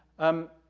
um,